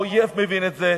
האויב מבין את זה.